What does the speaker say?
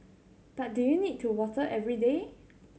but do you need to water every day